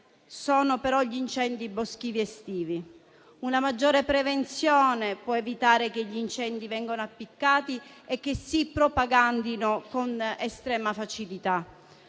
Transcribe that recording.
dagli incendi boschivi estivi: una maggiore prevenzione può evitare che gli incendi vengano appiccati e si propaghino con estrema facilità.